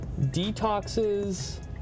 detoxes